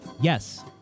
Yes